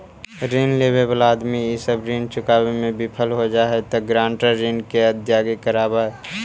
ऋण लेवे वाला आदमी इ सब ऋण चुकावे में विफल हो जा हई त गारंटर ऋण के अदायगी करवावऽ हई